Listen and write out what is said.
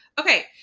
Okay